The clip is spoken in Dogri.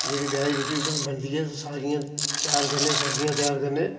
जेह्ड़ी बेयाहें दी रुट्टी बनदी ऐ सारियां त्यार करने सब्जियां त्यार करने